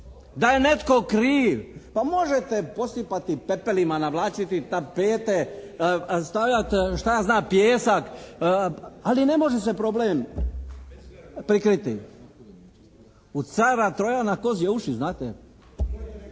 Da je netko kriv. Pa možete posipati pepelima, navlačiti tapete, stavljati šta ja znam, pijesak, ali ne može se problem prikriti. U cara Trojana kozje uši znate?